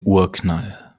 urknall